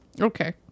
Okay